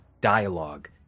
dialogue